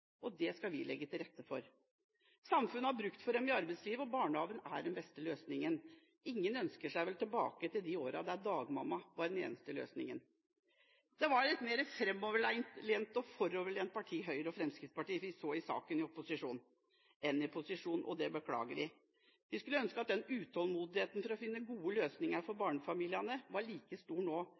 det å være arbeidstaker. Det skal vi legge til rette for. Samfunnet har bruk for dem i arbeidslivet, og barnehage er den beste løsningen. Ingen ønsker seg vel tilbake til de årene da dagmamma var den eneste løsningen? Partiene Høyre og Fremskrittspartiet var mer framtidsrettede og foroverlente i denne saken i opposisjon enn de er i posisjon, og det beklager vi. Vi skulle ønske at utålmodigheten deres etter å finne gode løsninger for barnefamiliene var like stor nå.